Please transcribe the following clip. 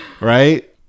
right